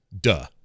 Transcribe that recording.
duh